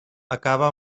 acaba